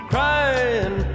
Crying